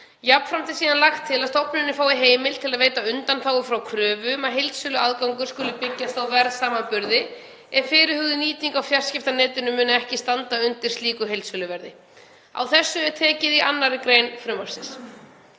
Jafnframt er lagt til að stofnunin fái heimild til að veita undanþágu frá kröfu um að heildsöluaðgangur skuli byggjast á verðsamanburði, ef fyrirhuguð nýting á fjarskiptanetinu muni ekki standa undir slíku heildsöluverði. Á þessu er tekið í 2. gr. frumvarpsins.